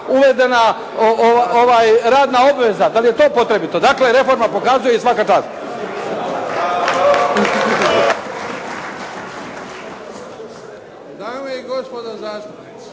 radna obveza? Da li je to potrebito? Dakle, reforma pokazuje i svaka čast.